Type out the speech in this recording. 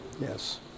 yes